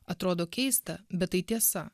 atrodo keista bet tai tiesa